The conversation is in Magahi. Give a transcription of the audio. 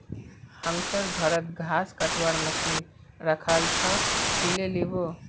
हमसर घरत घास कटवार मशीन रखाल छ, ती ले लिबो